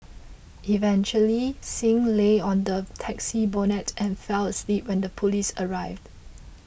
eventually Singh lay on the taxi's bonnet and fell asleep until police arrived